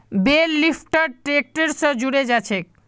बेल lifter tractor स जुड़े जाछेक